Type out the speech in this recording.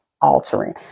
altering